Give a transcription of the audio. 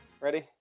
Ready